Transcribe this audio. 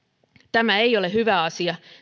tämä ei ole hyvä asia